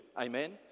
Amen